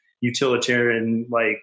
utilitarian-like